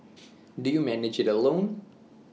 do you manage IT alone